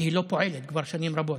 כי היא לא פועלת כבר שנים רבות,